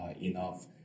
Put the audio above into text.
enough